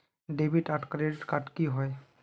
Debit आर credit card की होय?